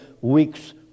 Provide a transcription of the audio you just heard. weeks